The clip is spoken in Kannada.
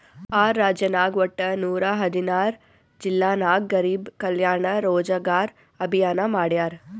ಆರ್ ರಾಜ್ಯನಾಗ್ ವಟ್ಟ ನೂರಾ ಹದಿನಾರ್ ಜಿಲ್ಲಾ ನಾಗ್ ಗರಿಬ್ ಕಲ್ಯಾಣ ರೋಜಗಾರ್ ಅಭಿಯಾನ್ ಮಾಡ್ಯಾರ್